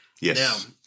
Yes